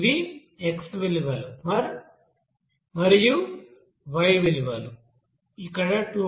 ఇవి x విలువలు మరియు y విలువలు ఇక్కడ 2